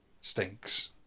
Stinks